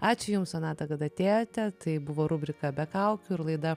ačiū jums sonata kad atėjote tai buvo rubrika be kaukių ir laida